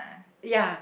ya